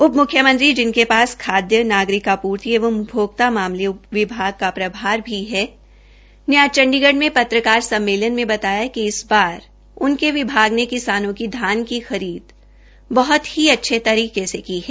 उप म्ख्यमंत्री जिनके पास खाद्यनागरिक आपूर्ति एवं उपभोक्ता मामले विभाग का प्रभार भी है ने आज चंडीगढ़ में पत्रकारवार्ता में बताया कि इस बार उनके विभाग ने किसानों की धान की खरीद बहत ही अच्छे तरीके से की है